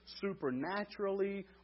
supernaturally